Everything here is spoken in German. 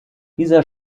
dieser